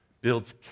builds